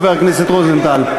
חבר הכנסת רוזנטל.